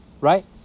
right